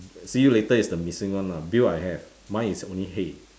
see you later is the missing one lah bill I have mine is only hey